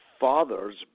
father's